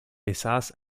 besass